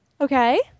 Okay